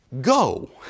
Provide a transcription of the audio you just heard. Go